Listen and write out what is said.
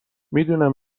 میدونم